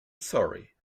sorry